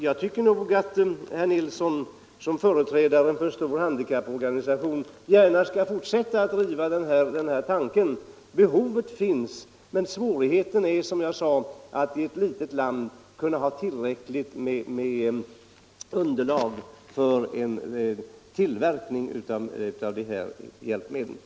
Jag tycker emellertid att herr Nilsson som företrädare för en stor handikapporganisation gärna kan fortsätta att driva denna tanke. Behovet finns men svårigheten är, som jag sade förut, att i ett litet land få tillräckligt underlag för tillverkning av de här hjälpmedlen.